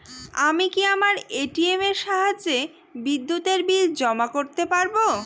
আমি কি আমার এ.টি.এম এর সাহায্যে বিদ্যুতের বিল জমা করতে পারব?